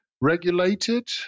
regulated